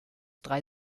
drei